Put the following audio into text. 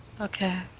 Okay